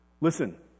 Listen